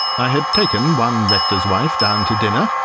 i had taken one rector's wife down to dinner,